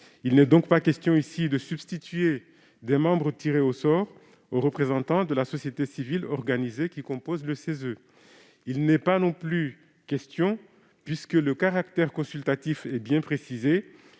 Il n'est donc pas question ici de substituer des membres tirés au sort aux représentants de la société civile organisée, qui composent le CESE. Il n'est pas non plus question, puisque le caractère consultatif est bien précisé,